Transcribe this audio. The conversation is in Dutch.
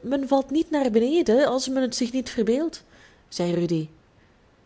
men valt niet naar beneden als men het zich niet verbeeldt zei rudy